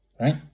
right